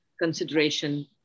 consideration